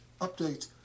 update